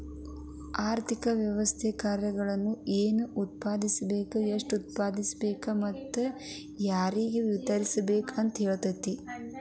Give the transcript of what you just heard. ಆರ್ಥಿಕ ವ್ಯವಸ್ಥೆ ಕಾರ್ಯಗಳು ಏನ್ ಉತ್ಪಾದಿಸ್ಬೇಕ್ ಎಷ್ಟು ಉತ್ಪಾದಿಸ್ಬೇಕು ಮತ್ತ ಯಾರ್ಗೆ ವಿತರಿಸ್ಬೇಕ್ ಅಂತ್ ಹೇಳ್ತತಿ